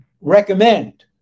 recommend